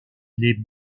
les